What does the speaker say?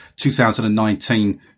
2019